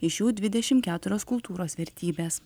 iš jų dvidešim keturios kultūros vertybės